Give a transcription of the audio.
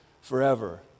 forever